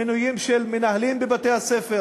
על מינויים של מנהלים בבתי-הספר.